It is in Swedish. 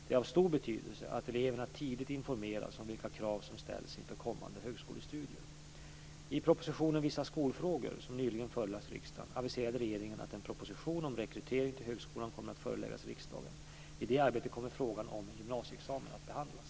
Det är av stor betydelse att eleverna tidigt informeras om vilka krav som ställs inför kommande högskolestudier. 1999/2000:68) som nyligen förelagts riksdagen aviserade regeringen att en proposition om rekrytering till högskolan kommer att föreläggas riksdagen. I det arbetet kommer frågan om en gymnasieexamen att behandlas.